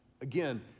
Again